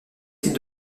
titre